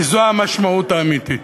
כי זו המשמעות האמיתית.